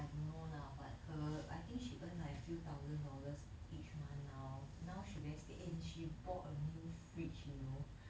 I don't know lah but her I think she earn like a few thousand dollars each month now now she wears eh she bought a new fridge you know